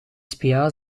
spa